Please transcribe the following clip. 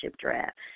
draft